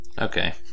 Okay